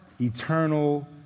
eternal